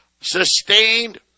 sustained